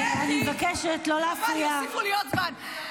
קטי, חבל, יוסיפו לי עוד זמן.